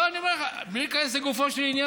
לא, אני אומר לך, בלי להיכנס לגופו של עניין.